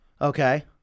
Okay